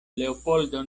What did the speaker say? leopoldo